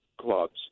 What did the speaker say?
clubs